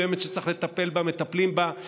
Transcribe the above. יש אוכלוסייה מסוימת שצריך לטפל בה, מטפלים בה.